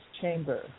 chamber